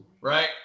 right